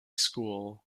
school